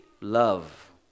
love